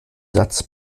satz